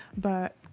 but,